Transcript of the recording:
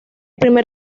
primer